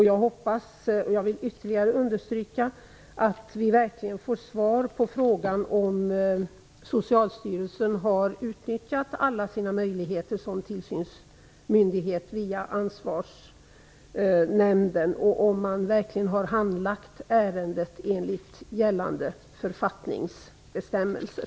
Jag hoppas och vill ytterligare understryka vikten av att vi verkligen får svar på frågan om Socialstyrelsen har utnyttjat alla sina möjligheter som tillsynsmyndighet via ansvarsnämnden och om man verkligen har handlagt ärendet enligt gällande författningsbestämmelser.